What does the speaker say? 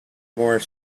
more